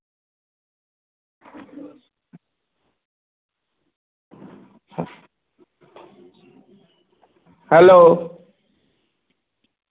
hello